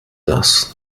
lassen